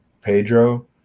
Pedro